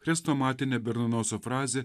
chrestomatinę berliozo frazę